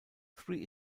three